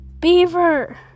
beaver